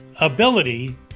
ability